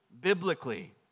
biblically